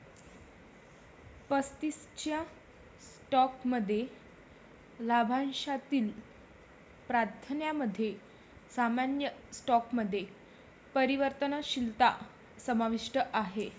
पसंतीच्या स्टॉकमध्ये लाभांशातील प्राधान्यामध्ये सामान्य स्टॉकमध्ये परिवर्तनशीलता समाविष्ट आहे